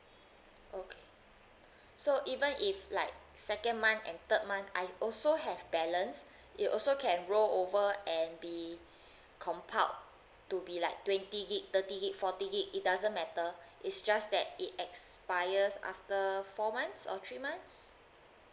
okay so even if like second month and third month I also have balance it also can roll over and be compiled to be like twenty gig thirty gig forty gig it doesn't matter it's just that it expires after four months or three months